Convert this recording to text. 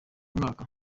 mwuka